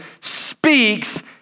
speaks